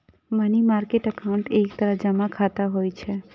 money market account एक तरह जमा खाता होइ छै